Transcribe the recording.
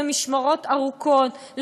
במשמרות ארוכות,